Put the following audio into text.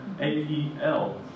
A-E-L